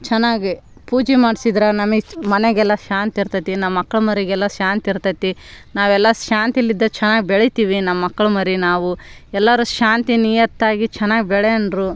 ಚೆನ್ನಾಗಿ ಪೂಜೆ ಮಾಡ್ಸಿದ್ರೆ ನಮಗೆ ಮನೆಗೆಲ್ಲ ಶಾಂತಿ ಇರತೈತಿ ನಮ್ಮ ಮಕ್ಳು ಮರಿಗೆಲ್ಲ ಶಾಂತಿ ಇರ್ತೈತಿ ನಾವೆಲ್ಲ ಶಾಂತಿಲಿ ಇದ್ದು ಚೆನ್ನಾಗಿ ಬೆಳಿತೀವಿ ನಮ್ಮ ಮಕ್ಳು ಮರಿ ನಾವು ಎಲ್ಲರು ಶಾಂತಿ ನಿಯತ್ತಾಗಿ ಚೆನ್ನಾಗಿ ಬೆಳೆಯೋಣ್ರು